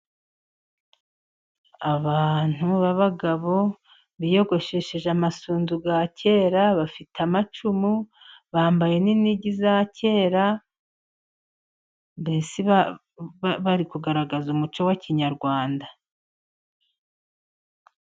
Abantu b'abagabo biyogosheshe amasunzu ya kera bafite amacumu, bambaye n'inigi za kera, mbese bari kugaragaza umuco wa kinyarwanda.